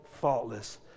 faultless